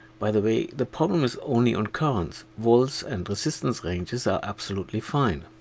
by the way, the problem is only on currents. volts and resistance ranges are absolutely fine.